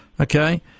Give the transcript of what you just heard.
Okay